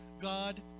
God